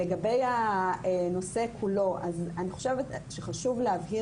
לגבי הנושא כולו אני חושבת שחשוב להבהיר